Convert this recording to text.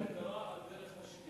זו הגדרה על דרך השלילה.